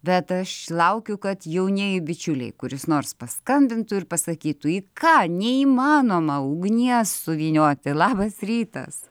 bet aš laukiu kad jaunieji bičiuliai kuris nors paskambintų ir pasakytų į ką neįmanoma ugnies suvynioti labas rytas